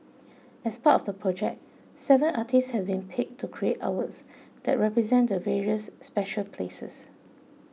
as part of the project seven artists have been picked to create artworks that represent the various special places